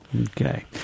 Okay